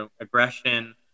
aggression